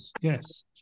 yes